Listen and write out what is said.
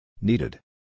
Needed